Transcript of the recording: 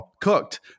cooked